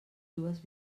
dues